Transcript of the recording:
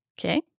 Okay